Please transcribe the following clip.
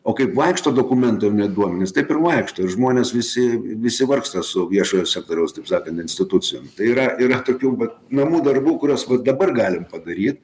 o kaip vaikšto dokumento ar ne duomenys taip ir vaikšto žmonės visi visi vargsta su viešojo sektoriaus taip sakant institucijom tai yra yra tokių pat namų darbų kuriuos dabar galim padaryt